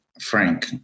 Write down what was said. Frank